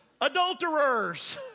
Adulterers